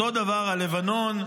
אותו דבר בלבנון,